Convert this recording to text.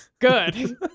Good